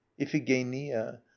iphigenia